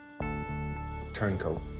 Turncoat